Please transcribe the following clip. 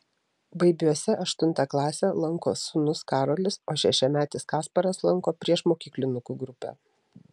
baibiuose aštuntą klasę lanko sūnus karolis o šešiametis kasparas lanko priešmokyklinukų grupę